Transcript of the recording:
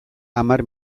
hamar